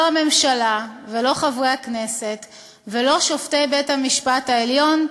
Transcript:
לא הממשלה ולא חברי הכנסת ולא שופטי בית-המשפט העליון,